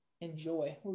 enjoy